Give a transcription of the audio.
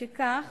משכך,